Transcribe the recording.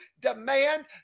demand